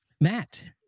Matt